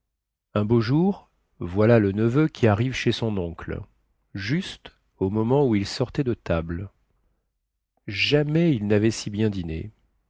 un beau jour voilà le neveu qui arrive chez son oncle juste au moment où il sortait de table jamais il navait si bien dîné